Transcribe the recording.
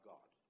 God